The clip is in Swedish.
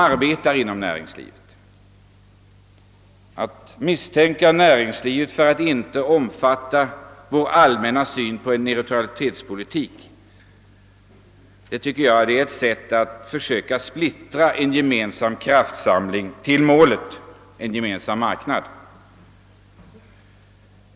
Att misstänka näringslivet för att inte omfatta vår allmänna syn på neutralitetspolitiken är ett sätt att försöka splittra den nödvändiga kraftansamlingen för att nå målet: en gemensam marknad.